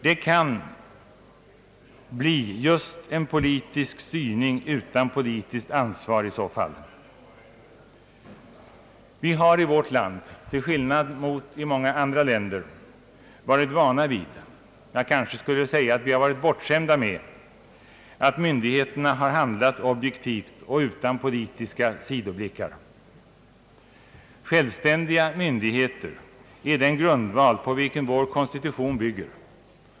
Det kan bli just en politisk styrning utan politiskt ansvar i så fall. Vi har i vårt land — till skillnad mot i många andra länder — varit vana vid, jag kanske skulle kunna säga att vi har varit bortskämda med, att myndigheterna har handlat objektivt och utan politiska = sidoblickar. = Självständiga myndigheter är den grundval på vilken vår konstitution bygger.